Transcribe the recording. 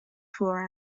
for